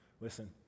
listen